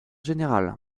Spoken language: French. générale